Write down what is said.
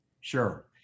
Sure